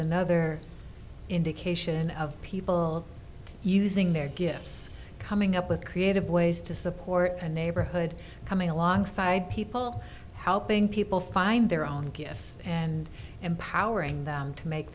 another indication of people using their gifts coming up with creative ways to support a neighborhood coming alongside people helping people find their own gifts and empowering them to make